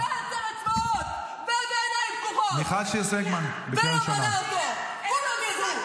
--- בעשר אצבעות ובעיניים פקוחות --- כולם ידעו.